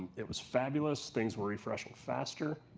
it was fabulous. things were refreshing faster,